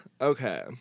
Okay